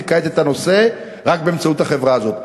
כעת את הנושא רק באמצעות החברה הזאת.